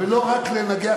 ולא רק לנגח,